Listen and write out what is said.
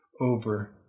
over